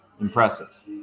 Impressive